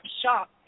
shop